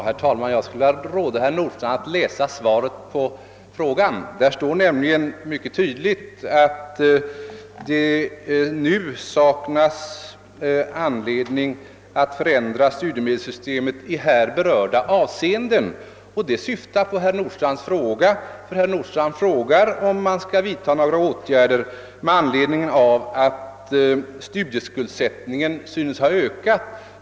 Herr talman! Jag vill råda herr Nordstrandh att läsa svaret på sin fråga. I detta står nämligen mycket tydligt att det nu saknas anledning att förändra studiemedelssystemet i här berörda avseenden, och detta syftar på herr Nordstrandhs fråga. Herr Nordstrandh frågade nämligen, om man kommer att vidta några åtgärder i anledning av att studieskuldsättningen synes ha ökat.